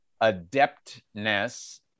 adeptness